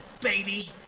baby